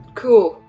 cool